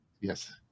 yes